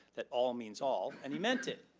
that all means all and he meant it,